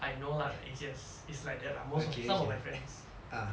I know lah A_C_S it's like that lah most of some of my friends